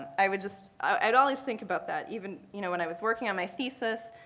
i would just i would always think about that, even you know when i was working on my thesis,